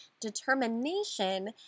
Determination